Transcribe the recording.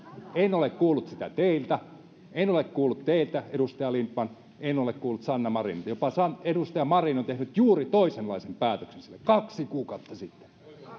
en ole kuullut sitä teiltä en ole kuullut teiltä edustaja lindtman en ole kuullut sanna marinilta jopa edustaja marin on tehnyt juuri toisenlaisen päätöksen siellä kaksi kuukautta sitten